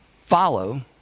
Follow